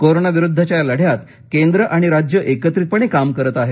corona विरुद्धच्या या लढ्यात केंद्र आणि राज्य एकत्रितपणे काम करत आहेत